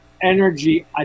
energy